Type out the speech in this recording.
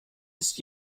ist